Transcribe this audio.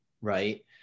right